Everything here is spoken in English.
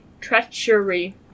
treachery